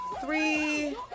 Three